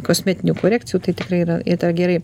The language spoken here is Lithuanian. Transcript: kosmetinių korekcijų tai tikrai yra į tą gerai